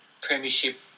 premiership